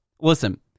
listen